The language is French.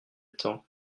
temps